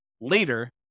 later